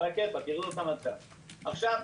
עכשיו,